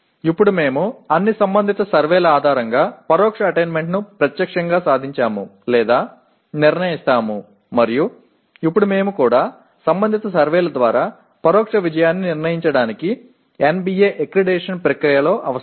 ఇప్పుడు మేము అన్ని సంబంధిత సర్వేల ఆధారంగా పరోక్ష అటైన్మెంట్ను ప్రత్యక్షంగా సాధించాము లేదా నిర్ణయిస్తాము మరియు ఇప్పుడు మేము కూడా సంబంధిత సర్వేల ద్వారా పరోక్ష విజయాన్ని నిర్ణయించడానికి NBA అక్రిడిటేషన్ ప్రక్రియలో అవసరం